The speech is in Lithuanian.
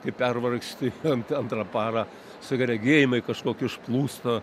kai pervargsti antrą parą staiga regėjimai kažkokie užplūsta